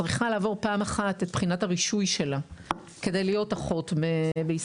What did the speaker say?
צריכה לעבור פעם אחת את בחינת הרישוי שלה כדי להיות אחות בישראל,